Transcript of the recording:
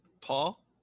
Paul